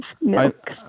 milk